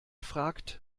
fragt